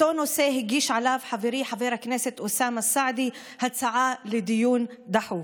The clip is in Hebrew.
אותו נושא שעליו הגיש חברי חבר הכנסת אוסאמה סעדי הצעה לדיון דחוף.